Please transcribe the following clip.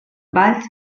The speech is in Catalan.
valls